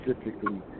specifically